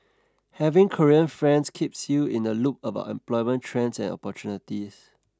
having Korean friends keeps you in the loop about employment trends and opportunities